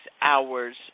hours